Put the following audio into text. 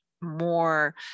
more